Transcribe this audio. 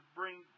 bring